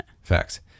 Facts